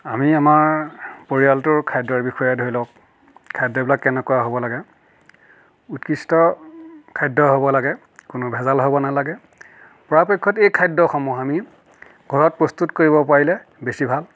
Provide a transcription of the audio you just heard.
আমি আমাৰ পৰিয়ালটোৰ খাদ্যৰ বিষয়ে ধৰি লওক খাদ্যবিলাক কেনেকুৱা হ'ব লাগে উৎকৃষ্ট খাদ্য হ'ব লাগে কোনো ভেজাল হ'ব নালাগে পৰাপক্ষত এই খাদ্যসমূহ আমি ঘৰত প্ৰস্তুত কৰিব পাৰিলে বেছি ভাল